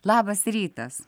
labas rytas